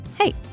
Hey